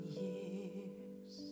years